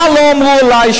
מה לא אמרו עלי,